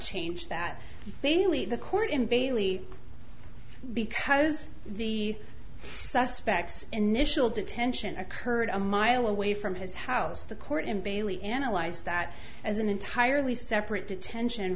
change that mainly the court in bailey because the suspects initial detention occurred a mile away from his house the court in bailey analyze that as an entirely separate detention